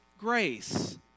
grace